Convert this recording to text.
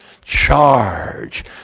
charge